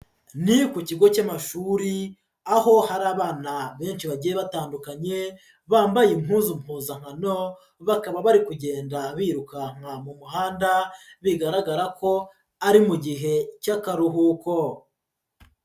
Ni ku kigo cy'amashuri, aho hari abana benshi bagiye batandukanye, bambaye impuzu mpuzankano, bakaba bari kugenda birukanka mu muhanda, bigaragara ko ari mu gihe cy'akaruhuko.